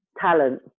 talent